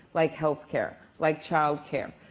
like health care. like child care.